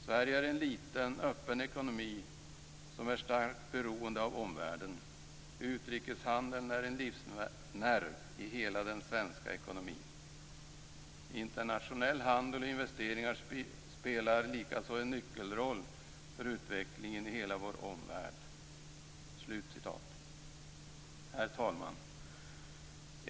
Sverige är en liten, öppen ekonomi som är starkt beroende av omvärlden. Utrikeshandeln är en livsnerv i hela den svenska ekonomin. Internationell handel och investeringar spelar likaså en nyckelroll för utvecklingen i hela vår omvärld." Herr talman!